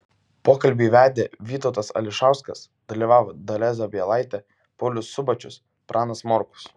pokalbį vedė vytautas ališauskas dalyvavo dalia zabielaitė paulius subačius pranas morkus